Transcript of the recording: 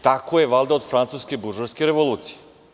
Tako je valjda od Francuske buržoaske revolucije.